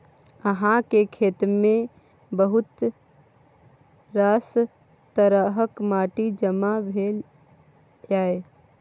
अहाँक खेतमे बहुत रास तरहक माटि जमा भेल यै